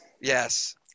Yes